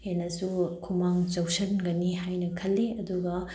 ꯍꯦꯟꯅꯁꯨ ꯈꯨꯃꯥꯡ ꯆꯥꯎꯁꯤꯟꯒꯅꯤ ꯍꯥꯏꯅ ꯈꯜꯂꯤ ꯑꯗꯨꯒ